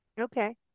Okay